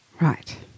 Right